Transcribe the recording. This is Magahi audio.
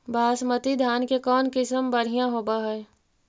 बासमती धान के कौन किसम बँढ़िया होब है?